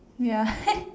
ya